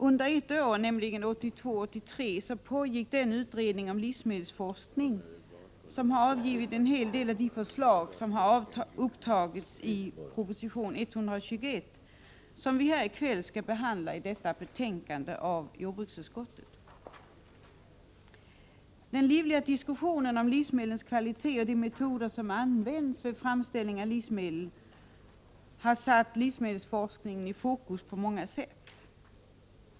Under ett år, nämligen 1982-1983, pågick den utredning om livsmedelsforskning som har avgivit en hel del av de förslag vilka tagits upp i proposition 121, som vi i kväll behandlar i samband med detta betänkande från jordbruksutskottet. Den livliga diskussionen om livsmedlens kvalitet och de metoder som används vid framställning av livsmedel har satt livsmedelsforskningen i fokus på många sätt.